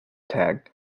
tag